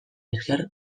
esker